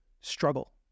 Struggle